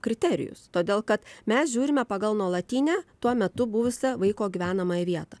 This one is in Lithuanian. kriterijus todėl kad mes žiūrime pagal nuolatinę tuo metu buvusią vaiko gyvenamąją vietą